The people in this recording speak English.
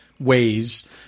ways